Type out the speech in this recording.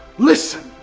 listen.